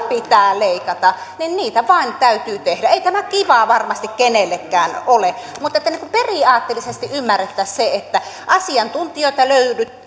pitää leikata niin leikkauksia vain täytyy tehdä ei tämä kivaa varmasti kenellekään ole mutta pitäisi periaatteellisesti ymmärtää se että asiantuntijoita löydetään